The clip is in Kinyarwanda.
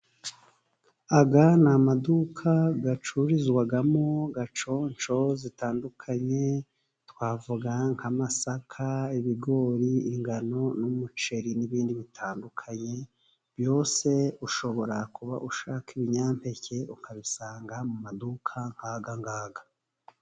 Aya ni amaduka acururizwamo gaconco zitandukanye, twavugamo nk'amasaka, ibigori, ingano n'umuceri n'ibindi bitandukanye. Byose ushobora kuba ushaka ibinyampeke, ukabisanga mu maduka nk'ayangaya.